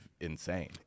insane